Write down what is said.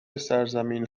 سرزمین